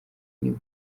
niba